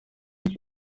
ari